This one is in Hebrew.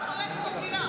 הפקידות שולטת במדינה.